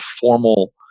formal